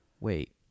wait